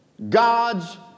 God's